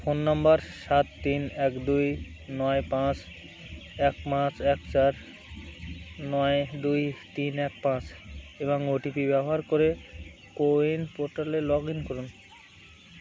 phone number সাত তিন এক দুই নয় পাঁচ এক পাঁচ এক চার নয় দুই তিন এক পাঁচ এবং ওটিপি ব্যবহার করে কোউইন পোর্টালে লগ ইন করুন